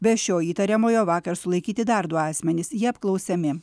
be šio įtariamojo vakar sulaikyti dar du asmenys jie apklausiami